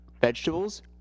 Vegetables